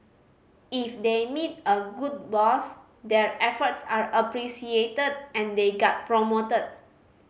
if they meet a good boss their efforts are appreciated and they get promoted